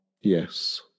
Yes